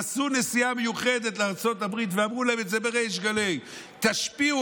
נסעו נסיעה מיוחדת לארצות הברית ואמרו להם את זה בריש גלי: תשפיעו